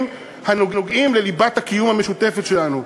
הנוגעים לליבת הקיום המשותפת שלנו.